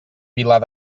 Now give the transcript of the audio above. vilar